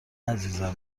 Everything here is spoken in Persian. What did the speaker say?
عزیزم